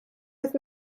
with